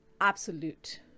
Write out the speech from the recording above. absolute